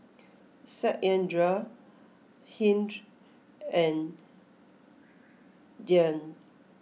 Satyendra Hri and Dhyan